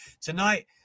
tonight